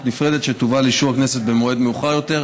נפרדת שתובא לאישור הכנסת במועד מאוחר יותר,